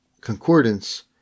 concordance